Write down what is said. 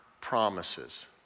promises